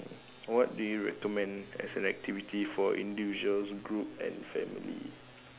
what do you recommend as an activity for individuals group and family